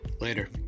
Later